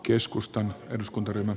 arvoisa puhemies